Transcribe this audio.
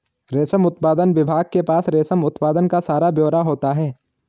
रेशम उत्पादन विभाग के पास रेशम उत्पादन का सारा ब्यौरा होता है